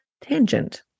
tangent